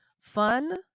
fun